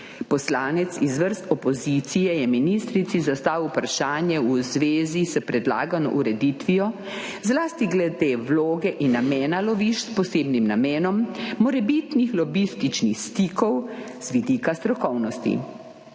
Poslanec iz vrst opozicije je ministrici zastavil vprašanje v zvezi s predlagano ureditvijo, zlasti glede vloge in namena lovišč s posebnim namenom, morebitnih lobističnih stikov z vidika strokovnosti.